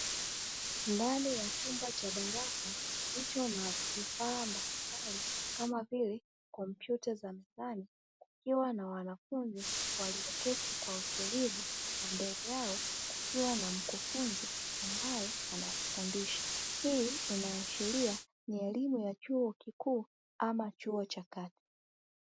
Ndani ya chumba cha darasa kilicho na vifaa mbalimbali kama vile kompyuta za mezani kukiwa na wanafunzi walio keti kwa utulivu, na mbele yao kukiwa na mkufunzi ambaye anawafundisha, hii inaashiria ni elimu ya chuo kikuu ama chuo cha kati.